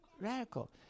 radical